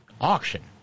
auction